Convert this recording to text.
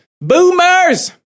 Boomers